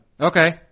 Okay